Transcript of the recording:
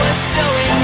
so it